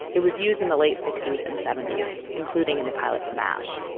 it was used in the late sixty s and seventy s including in the pilot for mash.